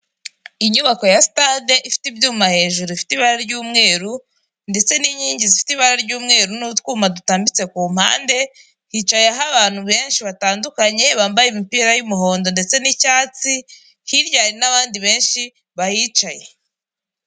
Inyubako ya sitade ifite ibyuma hejuru ifite ibara ry'umweru ndetse n'inkingi zifite ibara ry'umweru n'utwuma dutambitse ku mpande, hicayeho abantu benshi batandukanye bambaye imipira y'umuhondo ndetse n'icyatsi hirya hari n'abandi benshi bahicaye.